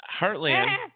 Heartland